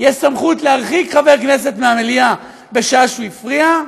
יש סמכות להרחיק חבר כנסת מהמליאה בשעה שהוא הפריע,